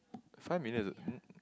five million is a uh